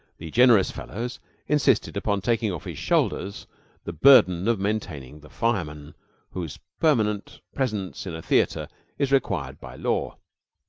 the generous fellows insisted upon taking off his shoulders the burden of maintaining the fireman whose permanent presence in a theater is required by law.